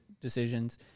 decisions